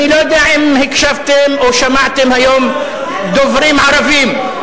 אני לא יודע אם הקשבתם או שמעתם היום דוברים ערבים,